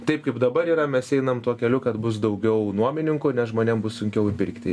taip kaip dabar yra mes einam tuo keliu kad bus daugiau nuomininkų nes žmonėm bus sunkiau įpirkti